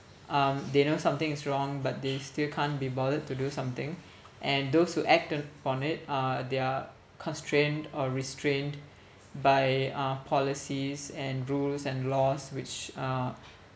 um they know something is wrong but they still can't be bothered to do something and those who act upon it uh they're constrained or restrained by uh policies and rules and laws which uh